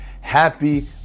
Happy